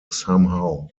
somehow